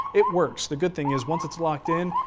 it works. the good thing is once it's locked in,